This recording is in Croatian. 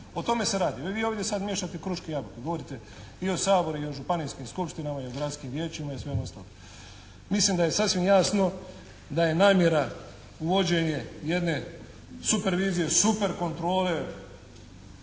O tome se radi. Vi ovdje sad miješate kruške i jabuke, govorite i o Saboru i o županijskim skupštinama i o gradskim vijećima i svemu ostalom. Mislim da je sasvim jasno da je namjera uvođenje jedne supervizije, superkontrole